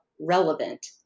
relevant